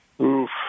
Oof